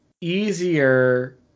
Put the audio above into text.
easier